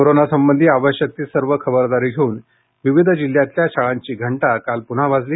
कोरोनासंबंधी आवश्यक ती सर्व खबरदारी घेऊन वेगवेगळ्या जिल्ह्यातल्या शाळांची घंटा काल पुन्हा वाजली